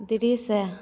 दृश्य